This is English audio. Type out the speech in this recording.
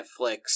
Netflix